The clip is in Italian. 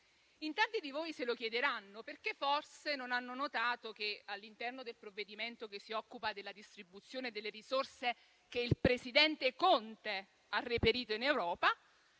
In tanti di voi se lo chiederanno, perché forse non hanno notato che, all'interno del provvedimento che si occupa della distribuzione delle risorse che il presidente Conte ha reperito in Europa,